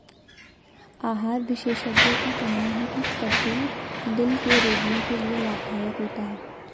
आहार विशेषज्ञों का कहना है की कद्दू दिल के रोगियों के लिए लाभदायक होता है